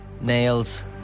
nails